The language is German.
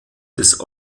des